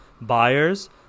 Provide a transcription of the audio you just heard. buyers